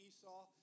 Esau